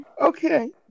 Okay